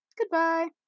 Goodbye